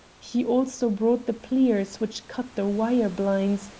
he also brought the pliers which cut the wire blinds,